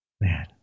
Man